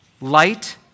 Light